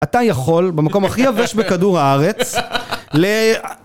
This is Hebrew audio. אתה יכול, במקום הכי יבש בכדור הארץ, ל...